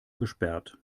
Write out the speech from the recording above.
gesperrt